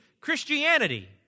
Christianity